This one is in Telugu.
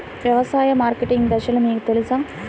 వ్యవసాయ మార్కెటింగ్ దశలు మీకు తెలుసా?